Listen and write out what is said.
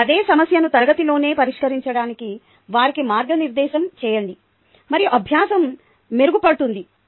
అదే సమస్యను తరగతిలోనే పరిష్కరించడానికి వారికి మార్గనిర్దేశం చేయండి మరియు అభ్యాసం మెరుగుపడుతుంది